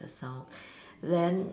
a sound then